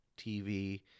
TV